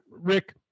Rick